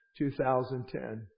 2010